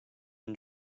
and